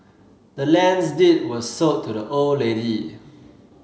the land's deed was sold to the old lady